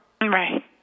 Right